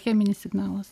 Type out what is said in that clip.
cheminis signalas